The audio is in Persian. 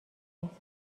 احساس